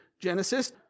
Genesis